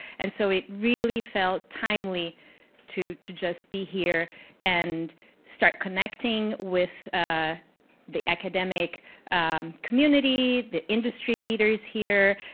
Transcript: and so it really felt timely to to just be here and start connecting with ah the academic community, the industry leaders here,